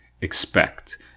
expect